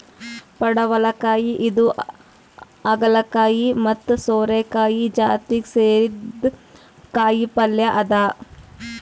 ಪಡವಲಕಾಯಿ ಇದು ಹಾಗಲಕಾಯಿ ಮತ್ತ್ ಸೋರೆಕಾಯಿ ಜಾತಿಗ್ ಸೇರಿದ್ದ್ ಕಾಯಿಪಲ್ಯ ಅದಾ